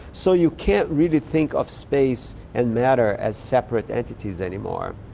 so you can't really think of space and matter as separate entities anymore,